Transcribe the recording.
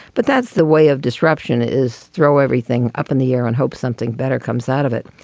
but that's the way of disruption, is throw everything up in the air and hope something better comes out of it.